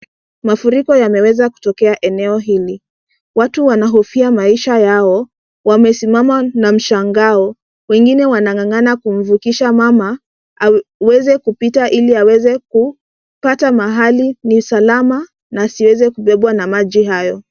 Mafuriko yameweza kutokea eneo hili. Watu wanahofia maisha yao, wamesimama na mshangao, wengine wanang'ang'ana kumvukisha mama aweze kupita, ili aweze kupata mahali ni salama na asiweze kubebwa na maji hayo.